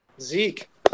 Zeke